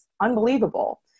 unbelievable